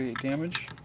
damage